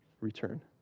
return